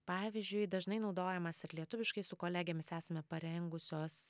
pavyzdžiui dažnai naudojamas ir lietuviškai su kolegėmis esame parengusios